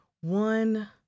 One